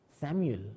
Samuel